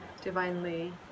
divinely